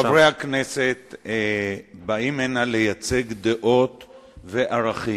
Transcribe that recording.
חברי הכנסת באים הנה לייצג דעות וערכים,